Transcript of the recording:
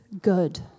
good